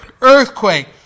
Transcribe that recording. earthquake